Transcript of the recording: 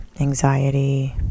anxiety